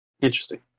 Interesting